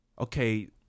okay